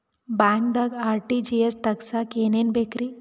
ಬ್ಯಾಂಕ್ದಾಗ ಆರ್.ಟಿ.ಜಿ.ಎಸ್ ತಗ್ಸಾಕ್ ಏನೇನ್ ಬೇಕ್ರಿ?